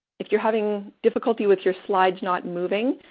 if you're having difficulty with your slides not moving,